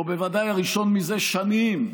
או בוודאי הראשון זה שנים,